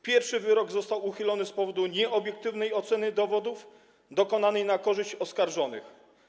Pierwszy wyrok został uchylony z powodu nieobiektywnej oceny dowodów dokonanej na korzyść oskarżonych.